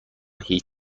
هیچ